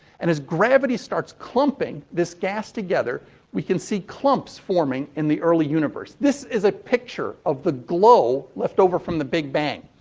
and as gravity starts clumping this gas together we can see clumps forming in the early universe. this is a picture of the glow left over from the big bang.